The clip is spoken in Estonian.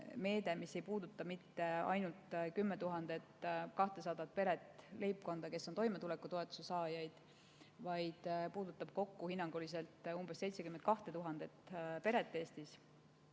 mis ei puuduta mitte ainult 10 200 peret, leibkonda, kes on toimetulekutoetuse saajad, vaid puudutab kokku hinnanguliselt umbes 72 000 peret Eestis.